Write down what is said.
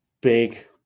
big